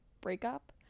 breakup